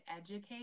educate